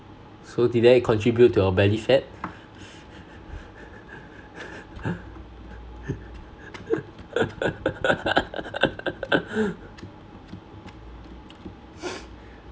so did that contribute to your belly fat